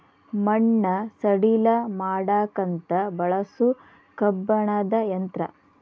ಮಣ್ಣ ಸಡಿಲ ಮಾಡಾಕಂತ ಬಳಸು ಕಬ್ಬಣದ ಯಂತ್ರಾ